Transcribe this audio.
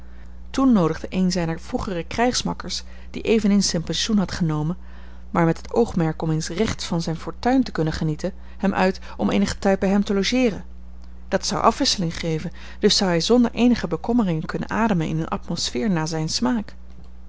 toen noodigde een zijner vroegere krijgsmakkers die eveneens zijn pensioen had genomen maar met het oogmerk om eens recht van zijne fortuin te kunnen genieten hem uit om eenigen tijd bij hem te logeeren dat zou afwisseling geven dus zou hij zonder eenige bekommeringen kunnen ademen in een atmosfeer naar zijn smaak